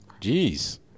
Jeez